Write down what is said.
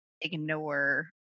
ignore